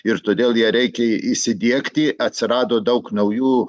ir todėl ją reikia įsidiegti atsirado daug naujų